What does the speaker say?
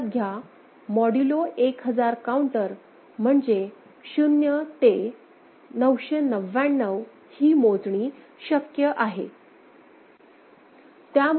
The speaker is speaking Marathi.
लक्षात घ्या मॉड्यूलो 1000 काऊंटर म्हणजे 0 ते 999 ही मोजणी शक्य आहे